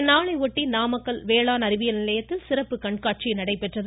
இந்நாளையொட்டி நாமக்கல் வேளாண் அறிவியல் நிலையத்தில் சிறப்பு கண்காட்சி நடைபெற்றது